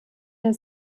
der